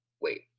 wait